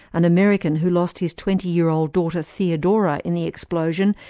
an american who lost his twenty year old daughter, theodora, in the explosion,